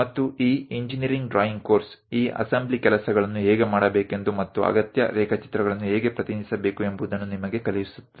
અને આ engineering drawing અભ્યાસક્રમ તમને શીખવે છે કે આ વસ્તુઓનું સંયોજન એસેમ્બલી કેવી રીતે કરવું અને જરૂરી ડ્રોઈંગ કેવી રીતે રજુ કરવા